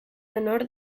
honor